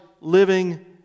living